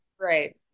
Right